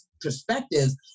perspectives